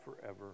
forever